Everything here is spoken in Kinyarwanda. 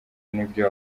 n’ibyo